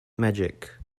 magic